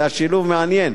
זה היה שילוב מעניין.